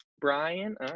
Brian